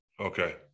Okay